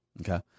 Okay